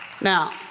Now